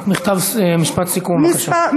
רק משפט סיכום, בבקשה.